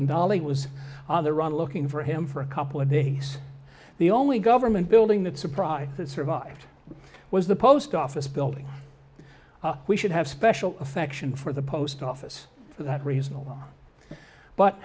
dolly was on the run looking for him for a couple of days the only government building that surprise that survived was the post office building we should have special affection for the post office for that reason alone but